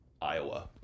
Iowa